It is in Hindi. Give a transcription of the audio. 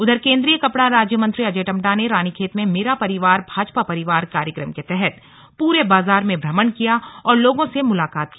उधर केंद्रीय कपड़ा राज्य मंत्री अजय टम्टा ने रानीखेत में मेरा परिवार भाजपा परिवार कार्यक्रम के तहत प्रे बाजार में भ्रमण किया और लोगों से मुलाकात की